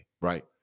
right